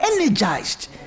energized